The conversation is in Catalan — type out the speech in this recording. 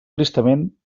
tristament